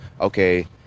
okay